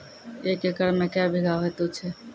एक एकरऽ मे के बीघा हेतु छै?